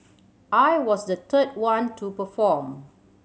I was the third one to perform